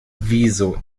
wieso